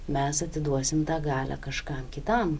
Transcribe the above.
mes atiduosim tą galią kažkam kitam